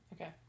Okay